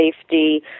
safety